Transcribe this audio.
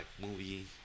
movie